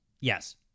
Yes